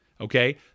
okay